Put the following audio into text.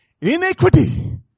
Iniquity